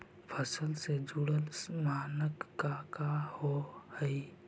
फसल से जुड़ल मानक का का होव हइ?